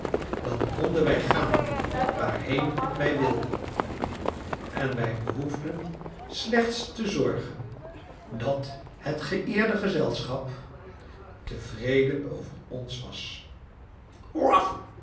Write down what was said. dan konden wij gaan waarheen wij wilden en wij behoefden slechts te zorgen dat het geëerde gezelschap tevreden over ons was